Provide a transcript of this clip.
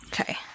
Okay